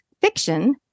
fiction